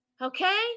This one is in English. okay